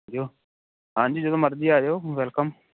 ਆਜੋ ਹਾਂਜੀ ਜਦੋਂ ਮਰਜ਼ੀ ਆਜੋ ਵੈਲਕਮ